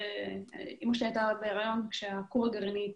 אימא של הייתה בהריון כשהכור הגרעיני התפוצץ.